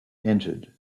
entered